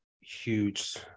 huge